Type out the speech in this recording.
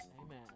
Amen